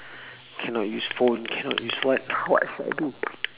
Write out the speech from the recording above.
cannot use phone cannot use what what should I do